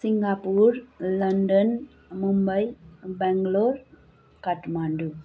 Singapore London Mumbai Bangalore Kathmandu